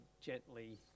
gently